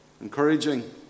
Encouraging